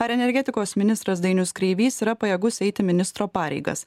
ar energetikos ministras dainius kreivys yra pajėgus eiti ministro pareigas